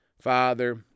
Father